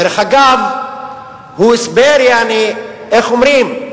דרך אגב, הוא הסבר, יעני, איך אומרים?